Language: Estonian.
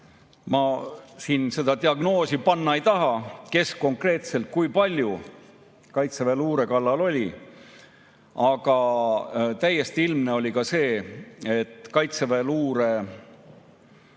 Ma siin seda diagnoosi panna ei taha, kes konkreetselt kui palju kaitseväeluure kallal oli. Aga täiesti ilmne oli see, et kaitseväeluure